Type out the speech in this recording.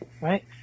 right